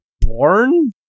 born